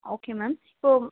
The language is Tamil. ஓகே மேம் இப்போது